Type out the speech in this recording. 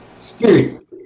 Spirit